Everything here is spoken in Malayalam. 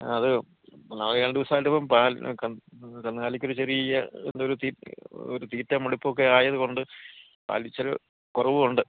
അതെയോ ഒന്നാമത് രണ്ട് ദിവസമായിട്ട് ഇപ്പോൾ പാലിന് കന്ന് കന്നാലിക്കൊരു ചെറിയ ഒരു തീറ്റ ഒരു തീറ്റ മടുപ്പോക്കെയായതുകൊണ്ട് പാൽ ഇച്ചിരി കുറവുണ്ട്